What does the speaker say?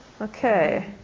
Okay